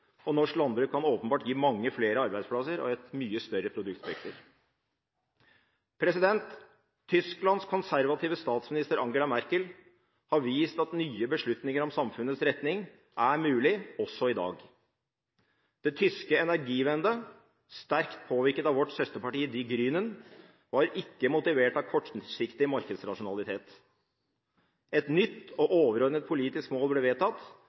og norsk landbruk kan åpenbart gi mange flere arbeidsplasser og et mye større produktspekter. Tysklands konservative statsminister Angela Merkel har vist at nye beslutninger om samfunnets retning er mulig også i dag. Det tyske «Energiewende», sterkt påvirket av vårt søsterparti Die Grünen, var ikke motivert av kortsiktig markedsrasjonalitet. Et nytt og overordnet politisk mål ble vedtatt,